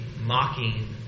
mocking